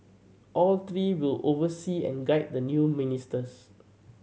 all three will oversee and guide the new ministers